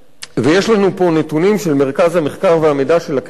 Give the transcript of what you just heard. ויש לנו פה נתונים של מרכז המחקר והמידע של הכנסת,